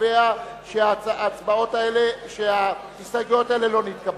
קובע שגם עם הנמנעים החלופין לא נתקבל.